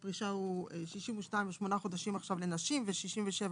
62 ושמונה חודשים לנשים ו-67 לגברים.